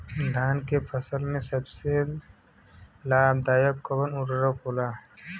धान के फसल में सबसे लाभ दायक कवन उर्वरक होला?